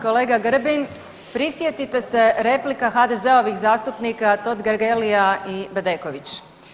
Kolega Grbin, prisjetite se replika HDZ-ovih zastupnika Totgergelija i Bedeković.